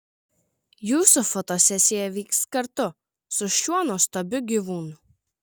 jūsų fotosesija vyks kartu su šiuo nuostabiu gyvūnu